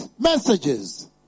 messages